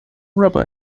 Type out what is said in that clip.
rubber